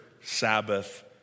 Sabbath